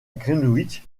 greenwich